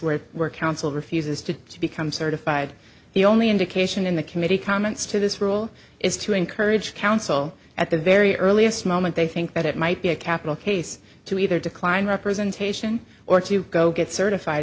where we're counsel refuses to become certified the only indication in the committee comments to this rule is to encourage counsel at the very earliest moment they think that it might be a capital case to either decline representation or to go get certified